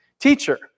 Teacher